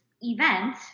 event